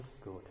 good